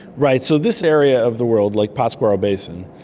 right, so this area of the world, like patzcuaro basin,